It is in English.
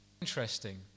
interesting